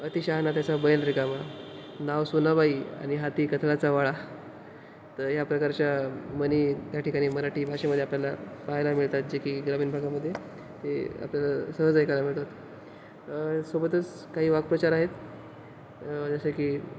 अति शहाणा त्याचा बैल रिकामा नाव सोनाबाई आणि हाती कथलाचा वाळा तर या प्रकारच्या म्हणी त्या ठिकाणी मराठी भाषेमध्ये आपल्याला पाहायला मिळतात जे की ग्रामीण भागामध्ये ते आपल्याला सहज ऐकायला मिळतात सोबतच काही वाक्प्रचार आहेत जसे की